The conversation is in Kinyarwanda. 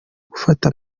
gufata